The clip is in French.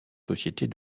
sociétés